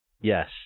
yes